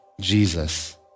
Jesus